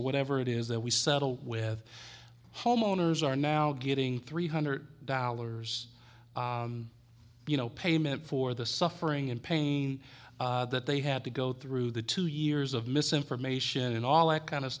or whatever it is that we settle with homeowners are now getting three hundred dollars you know payment for the suffering and pain that they had to go through the two years of misinformation and all that kind of